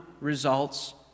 results